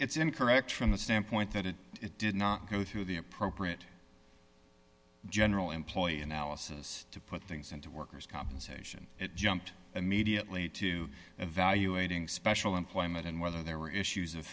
it's incorrect from the standpoint that it did not go through the appropriate general employee analysis to put things into workers compensation it jumped immediately to evaluating special employment and whether there were issues of